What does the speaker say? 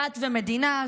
דת ומדינה,